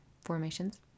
formations